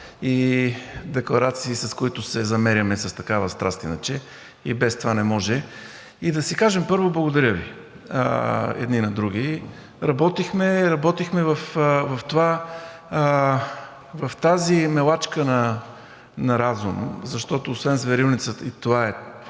и декларации, с които се замеряме с такава страст иначе, и без това не може, и да си кажем, първо, благодаря едни на други. Работихме в тази мелачка на разум, защото освен зверилница, и това е